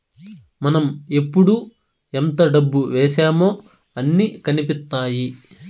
మనం ఎప్పుడు ఎంత డబ్బు వేశామో అన్ని కనిపిత్తాయి